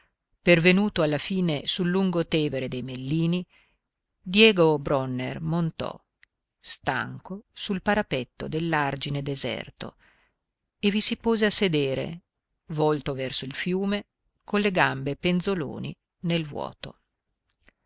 pervenuto alla fine sul lungotevere dei mellini diego bronner montò stanco sul parapetto dell'argine deserto e vi si pose a sedere volto verso il fiume con le gambe penzoloni nel vuoto